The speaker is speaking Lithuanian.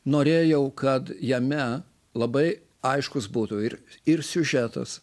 norėjau kad jame labai aiškus būtų ir ir siužetas